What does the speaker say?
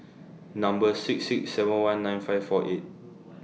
Number six six seven one nine five four eight